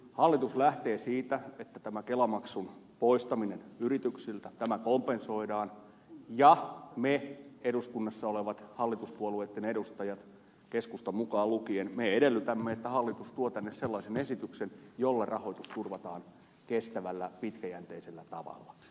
hallitus lähtee siitä että tämä kelamaksun poistaminen yrityksiltä kompensoidaan ja me eduskunnassa olevat hallituspuolueitten edustajat keskusta mukaan lukien edellytämme että hallitus tuo tänne sellaisen esityksen jolla rahoitus turvataan kestävällä pitkäjänteisellä tavalla